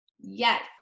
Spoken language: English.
Yes